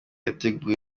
yateguwe